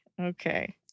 okay